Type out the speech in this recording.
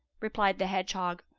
replied the hedgehog,